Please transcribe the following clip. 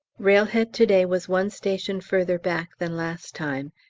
railhead to-day was one station further back than last time,